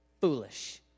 Foolish